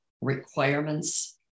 requirements